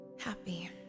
happy